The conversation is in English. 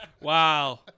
Wow